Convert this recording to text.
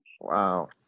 wow